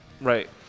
right